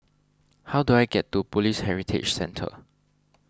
how do I get to Police Heritage Centre